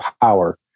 power